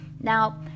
Now